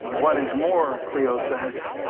what is more, cleo says.